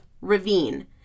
ravine